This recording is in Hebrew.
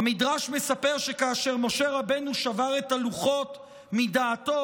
והמדרש מספר שכאשר משה רבנו שבר את הלוחות מדעתו,